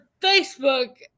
Facebook